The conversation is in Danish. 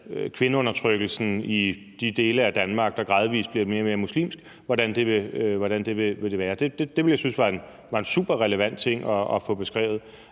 kvindeundertrykkelsen i de dele af Danmark, der gradvis bliver mere og mere muslimsk. Det ville jeg synes var en superrelevant ting at få beskrevet.